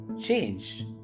change